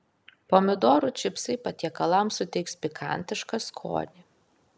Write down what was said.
pomidorų čipsai patiekalams suteiks pikantišką skonį